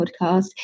podcast